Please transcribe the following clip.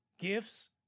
gifts